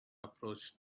approach